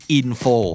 info